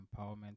empowerment